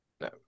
No